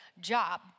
job